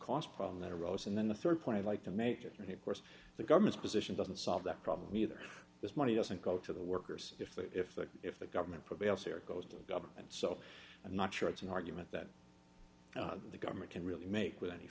cost problem that arose and then the rd point i'd like to make it worse the government's position doesn't solve that problem either this money doesn't go to the workers if that if that if the government prevails here it goes to the government so i'm not sure it's an argument that the government can really make with any